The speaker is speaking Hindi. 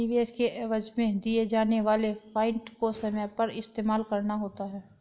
निवेश के एवज में दिए जाने वाले पॉइंट को समय पर इस्तेमाल करना होता है